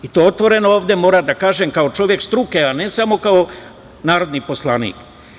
I to otvoreno ovde moram da kažem kao čovek struke, a ne samo kao narodni poslanik.